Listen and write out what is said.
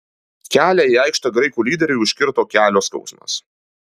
kelią į aikštę graikų lyderiui užkirto kelio skausmas